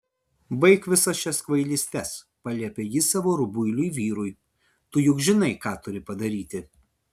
baik visas šias kvailystes paliepė ji savo rubuiliui vyrui tu juk žinai ką turi padaryti